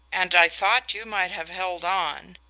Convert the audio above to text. and i thought you might have held on.